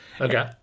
Okay